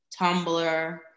Tumblr